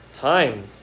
time